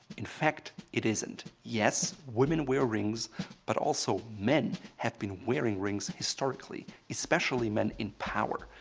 in fact, it isn't! yes, women wear rings but also men have been wearing rings historically, especially men in power,